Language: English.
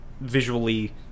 visually